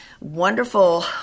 wonderful